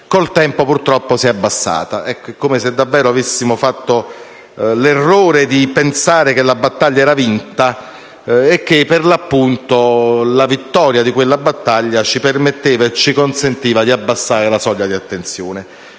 il tempo purtroppo si sia abbassata, come se davvero avessimo fatto l'errore di pensare che la battaglia era vinta, e che, per l'appunto, la vittoria di quella battaglia ci consentiva di abbassare la soglia di attenzione.